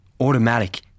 automatic